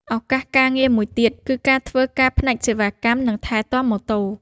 ឱកាសការងារមួយទៀតគឺការធ្វើការផ្នែកសេវាកម្មនិងថែទាំម៉ូតូ។